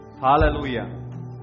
hallelujah